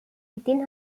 within